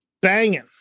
banging